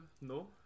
no